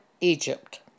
Egypt